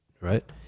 right